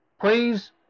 Please